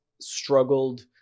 struggled